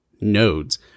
nodes